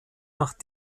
nach